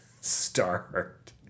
start